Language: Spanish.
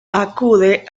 acude